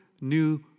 new